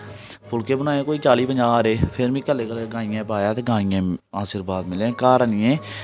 फुलके बनाए कोई चाली पंजांह हारे फिर में कल्ले कल्ले गाइयें गी पाया ते गाइयां दा आशिवार्द मिलेआ घर आह्नियै